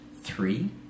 three